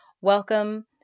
welcome